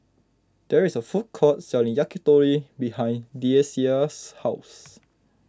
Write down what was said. there is a food court selling Yakitori behind Deasia's house